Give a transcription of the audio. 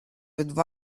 with